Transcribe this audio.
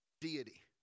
deity